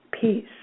peace